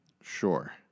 Sure